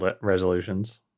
resolutions